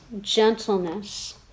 gentleness